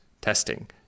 testing